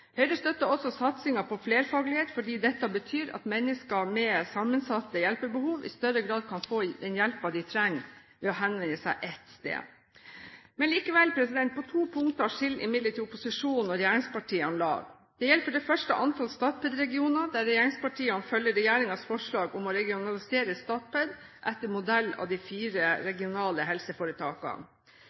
Høyre støtter også satsingen på flerfaglighet, fordi dette betyr at mennesker med sammensatte hjelpebehov i større grad kan få den hjelpen de trenger ved å henvende seg ett sted. På to punkter skiller likevel opposisjonen og regjeringspartiene lag. Det gjelder for det første antall Statped-regioner, der regjeringspartiene følger regjeringens forslag om å regionalisere Statped etter modell av de fire regionale helseforetakene.